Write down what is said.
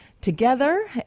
together